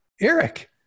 Eric